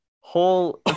Whole